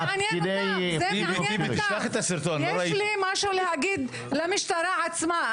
יש לי משהו להגיד למשטרה עצמה.